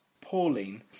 Pauline